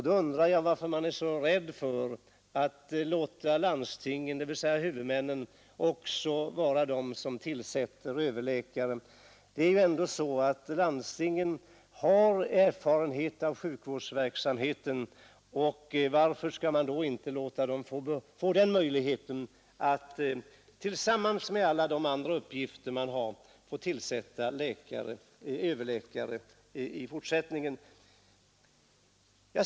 Då undrar jag varför man är så rädd för att låta landstingen, dvs. huvudmännen, också vara de som tillsätter överläkare. Det är ju ändå så att landstingen har erfarenhet av sjukvårdsverksamheten. Varför skall man då inte låta dem få möjlighet att tillsammans med alla sina andra uppgifter även tillsätta överlä care i fortsättningen?